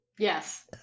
yes